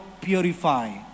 purify